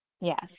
Yes